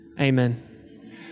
Amen